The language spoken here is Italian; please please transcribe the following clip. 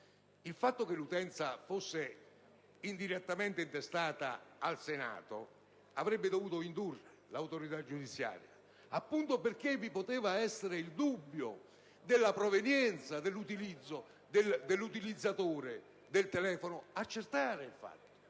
Il fatto che l'utenza fosse indirettamente intestata al Senato avrebbe dovuto indurre l'autorità giudiziaria, proprio perché vi poteva essere il dubbio della provenienza dell'utilizzatore del telefono, ad accertare il fatto,